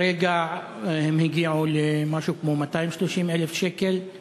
כרגע הם הגיעו למשהו כמו 230,000 שקל.